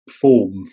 form